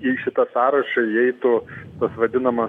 į šitą sąrašą įeitų kas vadinama